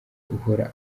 uhora